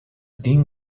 team